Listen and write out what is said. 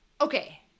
Okay